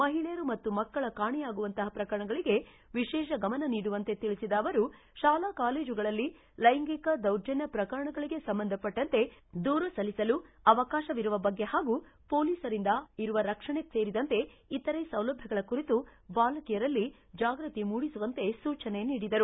ಮಹಿಳೆಯರು ಮತ್ತು ಮಕ್ಕಳ ಕಾಣೆಯಾಗುವಂತಪ ಪ್ರಕರಣಗಳಿಗೆ ವಿಶೇಷ ಗಮನ ನೀಡುವಂತೆ ತಿಳಿಸಿದ ಅವರು ಶಾಲಾ ಕಾಲೇಜುಗಳಲ್ಲಿ ಲೈಂಗಿಕ ದೌರ್ಜನ್ನ ಪ್ರಕರಣಗಳಿಗೆ ಸಂಬಂಧಪಟ್ಟಂತೆ ದೂರು ಸಲ್ಲಿಸಲು ಅವಕಾಶ ಇರುವ ಬಗ್ಗೆ ಹಾಗೂ ಮೋಲಿಸ್ರಿಂದ ಇರುವ ರಕ್ಷಣೆ ಸೇರಿದಂತೆ ಇತರೆ ಸೌಲಭ್ಯಗಳ ಕುರಿತು ಬಾಲಕಿಯರಲ್ಲಿ ಜಾಗೃತಿ ಮೂಡಿಸುವಂತೆ ಸೂಚನೆ ನೀಡಿದರು